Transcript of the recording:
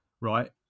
right